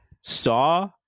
saw